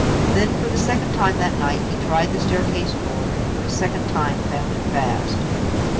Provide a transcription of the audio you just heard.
then, for the second time that night, he tried the staircase door, and for the second time found it fast.